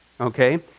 Okay